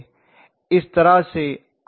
इस तरह से आम तौर पर होता है